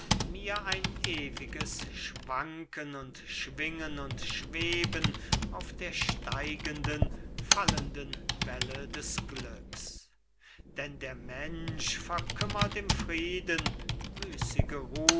mir ein ewiges schwanken und schwingen und schweben auf der steigenden fallenden welle des glücks denn der mensch verkümmert im frieden